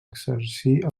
exercir